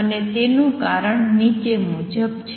અને તેનું કારણ નીચે મુજબ છે